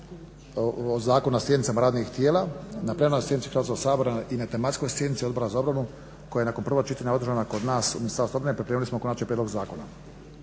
o zakonu na sjednicama radnih tijela, na plenarnoj sjednici Hrvatskog sabora, na tematskoj sjednici Odbora za obranu koja je nakon prvog čitanja održana kod nas u Ministarstvu obrane, pripremili smo konačni prijedlog zakona.